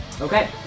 Okay